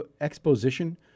exposition